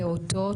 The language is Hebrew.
פעוטות.